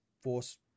force